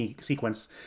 sequence